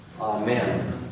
Amen